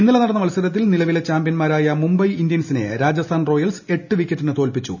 ഇന്നലെ നടന്ന മത്സരത്തിൽ നിലവിലെ ചാമ്പ്യന്മാരായ മുംബൈ ഇന്ത്യൻസിന്റെ രീജസ്ഥാൻ റോയൽസ് എട്ട് വിക്കറ്റിന് തോൽപ്പിച്ചു